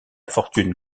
fortune